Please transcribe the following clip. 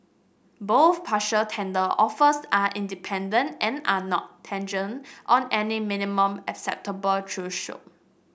both partial tender offers are independent and are not contingent on any minimum acceptance threshold